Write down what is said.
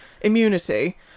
immunity